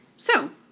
so